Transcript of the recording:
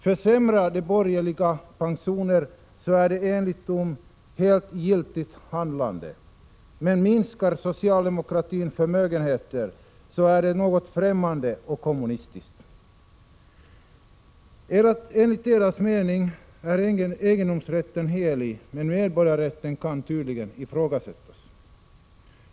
Försämrar de borgerliga pensionerna är det enligt dem ett helt giltigt handlande, men minskar socialdemokratin förmögenheter är det något främmande och kommunistiskt. Enligt deras mening är egendomsrätten helig, men medborgarrätten kan tydligen ifrågasättas.